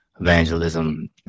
evangelism